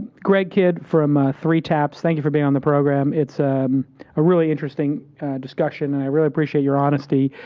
greg kidd from three taps. thank you for being on the program. it's a really interesting discussion. and i really appreciate your honesty.